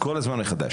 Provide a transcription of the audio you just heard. בכל פעם מחדש.